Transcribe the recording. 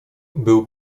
był